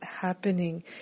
happening